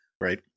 Right